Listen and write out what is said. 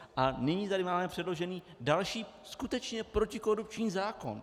A nyní tady máme předložený další skutečně protikorupční zákon.